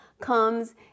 comes